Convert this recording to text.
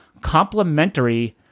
complementary